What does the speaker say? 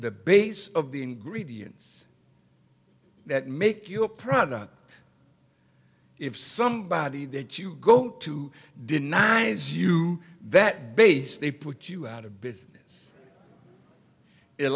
the base of the ingredients that make you a product if somebody that you go to denies you that base they put you out of business it